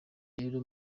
rero